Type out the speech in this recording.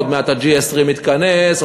עוד מעט ה-G-20 מתכנס,